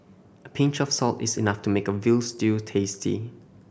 a pinch of salt is enough to make a veal stew tasty